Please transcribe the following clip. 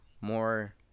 more